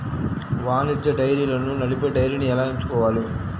వాణిజ్య డైరీలను నడిపే డైరీని ఎలా ఎంచుకోవాలి?